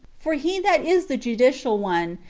for he that is the judicial one,